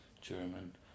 German